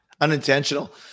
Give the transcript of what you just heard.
Unintentional